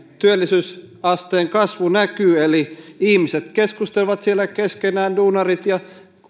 työllisyysasteen kasvu näkyy eli ihmiset duunarit keskustelevat siellä keskenään ja